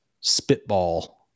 spitball